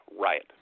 riot